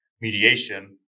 mediation